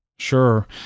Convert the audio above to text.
Sure